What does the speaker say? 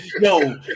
yo